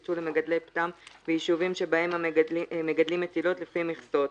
יוקצו למגדלי פטם ביישובים שבהם מגדלים מטילות לפי מכסות,